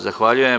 Zahvaljujem.